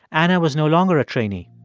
anna was no longer a trainee.